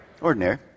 ordinary